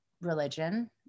religion